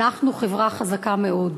אנחנו חברה חזקה מאוד,